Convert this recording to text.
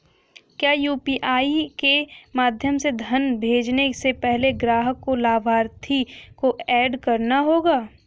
क्या यू.पी.आई के माध्यम से धन भेजने से पहले ग्राहक को लाभार्थी को एड करना होगा?